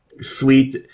sweet